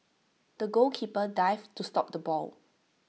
the goalkeeper dived to stop the ball